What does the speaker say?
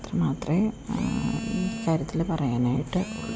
അത്ര മാത്രമേ ഇക്കാര്യത്തിൽ പറയാനായിട്ട് ഉള്ളു